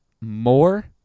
more